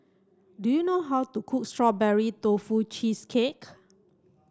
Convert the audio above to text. do you know how to cook strawberry tofu cheesecake